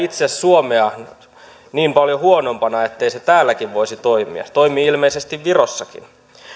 itse pidä suomea niin paljon huonompana ettei se täälläkin voisi toimia toimii ilmeisesti virossakin